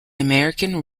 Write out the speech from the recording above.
american